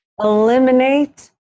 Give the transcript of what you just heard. eliminate